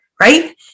right